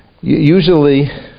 Usually